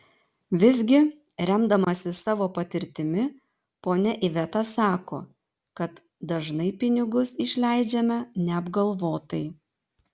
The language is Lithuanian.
visgi remdamasi savo patirtimi ponia iveta sako kad dažnai pinigus išleidžiame neapgalvotai